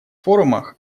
форумах